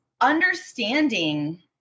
understanding